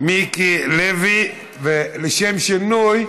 מיקי לוי, ולשם שינוי,